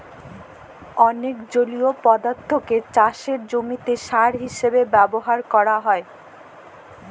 ম্যালা জলীয় পদাথ্থকে চাষের জমিতে সার হিসেবে ব্যাভার ক্যরা হ্যয়